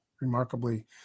remarkably